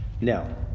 Now